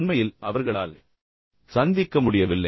உண்மையில் அவர்களால் சந்திக்க முடியவில்லை